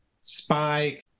spy